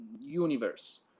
universe